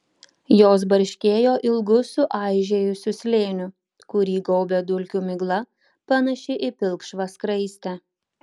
jos barškėjo ilgu suaižėjusiu slėniu kurį gaubė dulkių migla panaši į pilkšvą skraistę